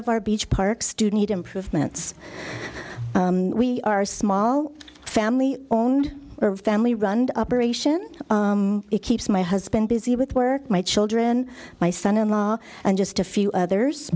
of our beach park student improvements we are small family owned family run operation it keeps my husband busy with work my children my son in law and just a few others